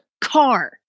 car